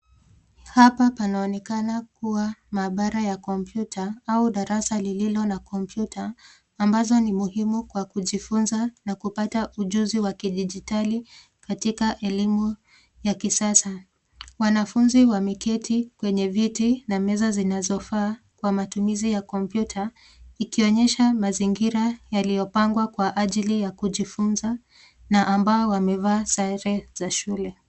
Hapa panaonekana kuwa maabara ya kompyuta au darasa lililo na kompyuta ambazo ni muhimu kwa kujifunza na kupata ujuzi wa kidijitali katika elimu ya kisasa. Wanafunzi wameketi kwenye viti na meza zinazofaa kwa matumizi ya kompyuta ikionyesha mazingira yaliyopangwa kwa ajili ya kujifunza na ambao wamevaa sare za shule.